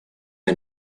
you